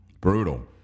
Brutal